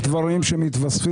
יש דברים שמתווספים.